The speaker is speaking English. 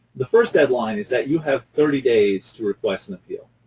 the first deadline is that you have thirty days to request an appeal.